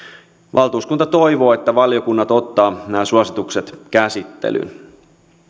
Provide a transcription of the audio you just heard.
valtuuskunta toivoo että valiokunnat ottavat nämä suositukset käsittelyyn